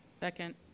Second